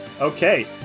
Okay